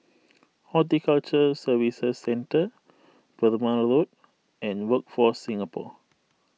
Horticulture Services Centre Perumal Road and Workforce Singapore